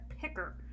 picker